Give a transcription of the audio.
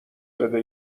بده